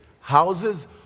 houses